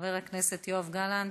חבר הכנסת יואב גלנט.